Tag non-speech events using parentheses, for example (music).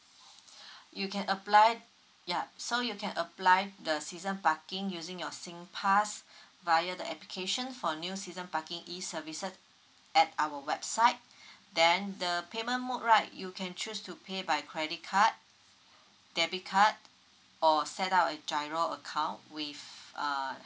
(breath) you can apply ya so you can apply the season parking using your singpass (breath) via the application for new season parking E services at our website (breath) then the payment mode right you can choose to pay by credit card debit card or set up a giro account with uh